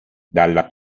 dalla